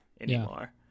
anymore